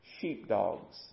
sheepdogs